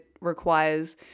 requires